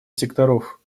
секторов